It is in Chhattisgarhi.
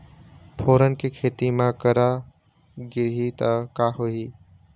फोरन के खेती म करा गिरही त का होही?